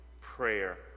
prayer